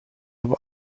i’ve